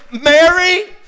Mary